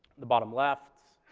the bottom left.